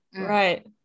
Right